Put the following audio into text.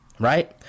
Right